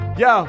yo